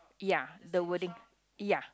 ya the wording ya